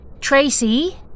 Tracy